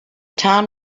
town